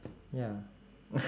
ya